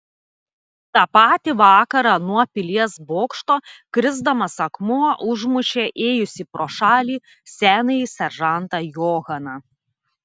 tą patį vakarą nuo pilies bokšto krisdamas akmuo užmušė ėjusį pro šalį senąjį seržantą johaną